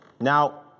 Now